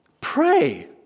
Pray